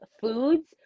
foods